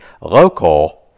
local